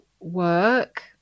work